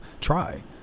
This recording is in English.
try